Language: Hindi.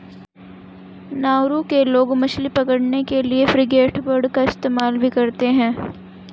नाउरू के लोग मछली पकड़ने के लिए फ्रिगेटबर्ड का इस्तेमाल भी करते हैं